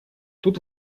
тут